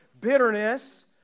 Bitterness